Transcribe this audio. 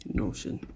notion